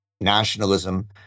nationalism